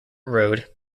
road